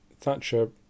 Thatcher